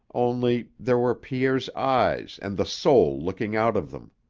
only there were pierre's eyes and the soul looking out of them.